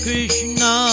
Krishna